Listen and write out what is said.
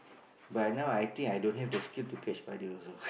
but now I think i don't have the skill to catch spider also